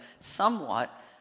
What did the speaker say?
somewhat